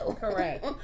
Correct